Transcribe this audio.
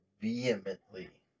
vehemently